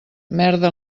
merda